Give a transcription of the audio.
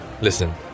listen